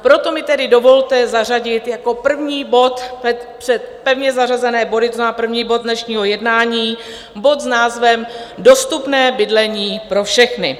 Proto mi tedy dovolte zařadit jako první bod před pevně zařazené body, to znamená první bod dnešního jednání, bod s názvem Dostupné bydlení pro všechny.